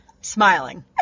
Smiling